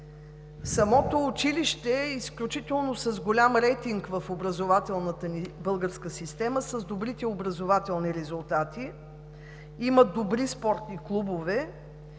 Самото училище е с изключително голям рейтинг в образователната ни система, с добри образователни резултати. Има добри спортни клубове.